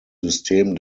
system